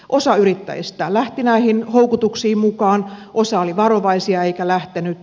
osa yrittäjistä lähti näihin houkutuksiin mukaan osa oli varovaisia eikä lähtenyt